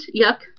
Yuck